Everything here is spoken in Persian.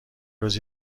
روز